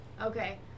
Okay